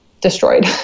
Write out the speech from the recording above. destroyed